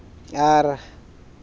ᱟᱨ